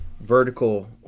vertical